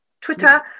twitter